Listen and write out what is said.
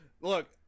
Look